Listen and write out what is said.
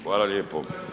Hvala lijepo.